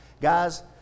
Guys